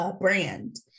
brand